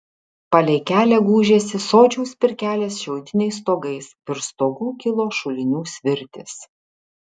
palei kelią gūžėsi sodžiaus pirkelės šiaudiniais stogais virš stogų kilo šulinių svirtys